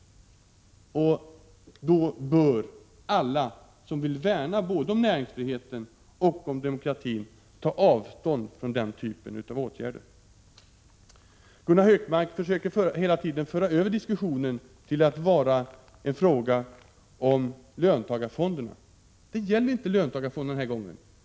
fu TE Om opinionsbildning Då bör alla som vill värna både om näringsfriheten och om demokratin ta = Ez enm.m. beträffande avstånd från sådana åtgärder. löntagarfonderna Gunnar Hökmark försöker hela tiden föra över diskussionen till att gälla löntagarfonderna. Det gäller inte löntagarfonderna den här gången.